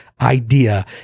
idea